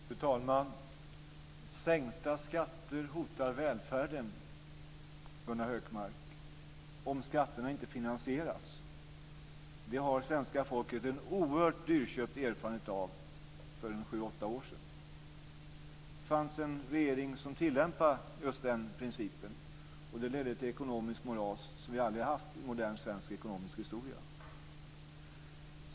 Fru talman! Sänkta skatter hotar välfärden, Gunnar Hökmark, om skatterna inte finansieras. Det har svenska folket en oerhört dyrköpt erfarenhet av för en sju åtta år sedan. Det fanns en regering som tillämpade just den principen. Det ledde till en sådan ekonomisk moras som vi aldrig tidigare hade haft i svensk ekonomisk historia.